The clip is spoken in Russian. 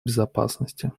безопасности